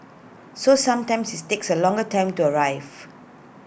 so sometimes IT takes A longer time to arrive